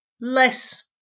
less